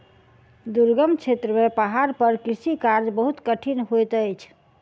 दुर्गम क्षेत्र में पहाड़ पर कृषि कार्य बहुत कठिन होइत अछि